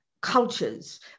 cultures